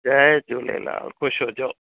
जय झूलेलाल ख़ुशि हुजो